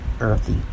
earthy